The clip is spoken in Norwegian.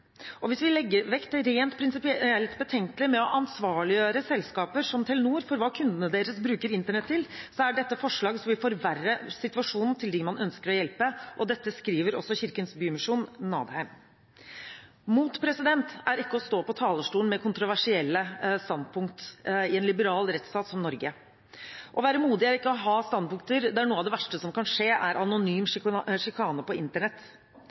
og hvis vi legger vekk det rent prinsipielt betenkelige med å ansvarliggjøre selskaper som Telenor for hva kundene deres bruker Internett til, så er dette et forslag som vil forverre situasjonen til dem man ønsker å hjelpe, og dette skriver også Kirkens Bymisjon, Nadheim. Mot er ikke å stå på talerstolen med kontroversielle standpunkt i en liberal rettsstat som Norge. Å være modig er ikke å ha standpunkter der noe av det verste som kan skje, er anonym sjikane på Internett.